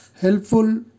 helpful